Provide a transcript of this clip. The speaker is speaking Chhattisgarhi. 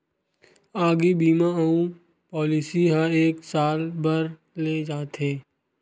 आगी बीमा अउ पॉलिसी ह एक साल बर ले जाथे